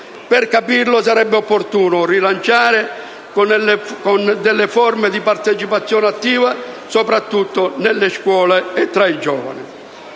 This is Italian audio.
del problema sarebbe opportuno rilanciare, con forme di partecipazione attiva soprattutto nelle scuole e tra i giovani,